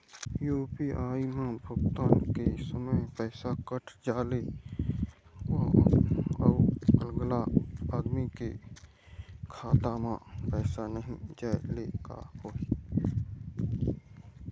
UPI म भुगतान के समय पैसा कट जाय ले, अउ अगला आदमी के खाता म पैसा नई जाय ले का होही?